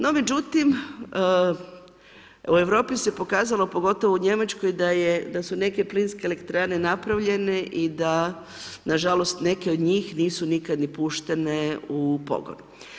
No međutim u Europi se pokazalo pogotovo u Njemačkoj da su neke plinske elektrane napravljene i da nažalost neke od njih nisu nikada ni puštene u pogon.